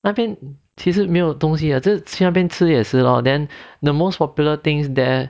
那边其实没有东西啊这去那边吃也是 lor then the most popular things there